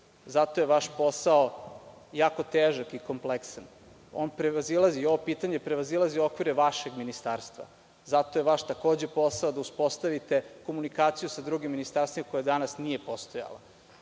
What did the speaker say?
je vaš posao jako težak i kompleksan. Ovo pitanje prevazilazi okvire vašeg ministarstva. Vaš je posao, takođe, da uspostavite komunikaciju sa drugim ministarstvima, a koja do danas nije postojala.